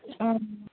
ᱚ